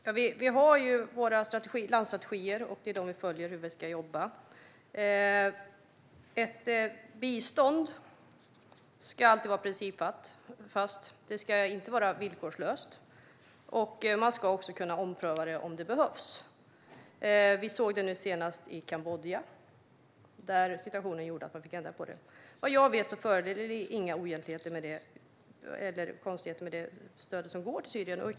Herr talman! Vi har våra landstrategier, och dem följer vi. Ett bistånd ska vara principfast och inte villkorslöst, och man ska kunna ompröva det om det behövs. Vi såg det senast i Kambodja där situationen gjorde att man fick ändra på det. Vad jag vet förekommer det inga konstigheter i det stöd som går till Syrien.